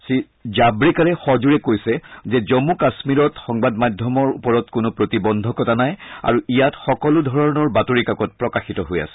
শ্ৰীজাভডেকাৰে সজোৰে কৈছে যে জন্ম কাশ্মীৰত সংবাদ মাধ্যমৰ ওপৰত কোনো প্ৰতিবন্ধকতা নাই আৰু ইয়াত সকলোধৰণৰ বাতৰিকাকত প্ৰকাশিত হৈ আছে